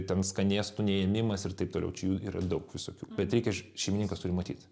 ten skanėstų neėmimas ir taip toliau čia yra jų daug visokių bet reikia šeimininkas turi matyt